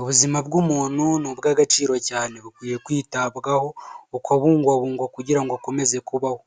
Ubuzima bw'umuntu ni ubw'agaciro cyane bukwiye kwitabwaho bukabungabungwa kugira ngo akomeze kubaho,